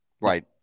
Right